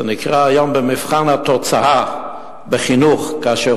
זה נקרא היום מבחן התוצאה בחינוך: כאשר